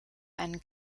einen